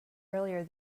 earlier